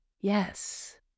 yes